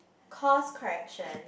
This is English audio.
course correction